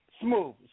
smooth